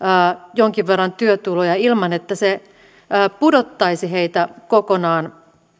jonkin verran työtuloja ilman että se pudottaisi heitä kokonaan